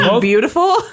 beautiful